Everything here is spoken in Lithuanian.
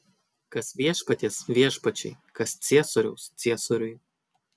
kas viešpaties viešpačiui kas ciesoriaus ciesoriui